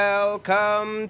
Welcome